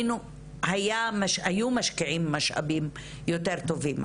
היו משקיעים משאבים יותר טובים.